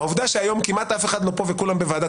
העובדה שהיום כמעט אף אחד לא פה וכולם בוועדת